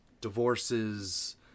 divorces